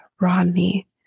Rodney